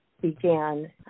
began